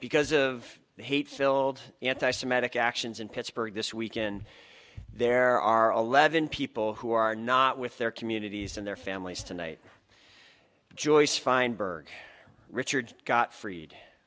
because of the hate filled anti semitic actions in pittsburgh this weekend there are eleven people who are not with their communities and their families tonight joyce feinberg richard got fried